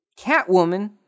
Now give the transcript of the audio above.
Catwoman